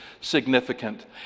significant